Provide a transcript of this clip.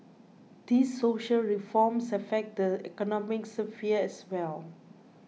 these social reforms affect the economic sphere as well